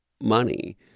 money